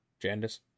Jandis